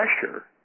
pressure